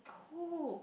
cool